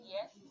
Yes